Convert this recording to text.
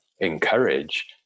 encourage